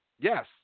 Yes